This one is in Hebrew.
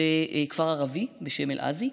וכפר ערבי בשם אל-עזי.